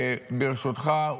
וברשותך,